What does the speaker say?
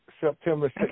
September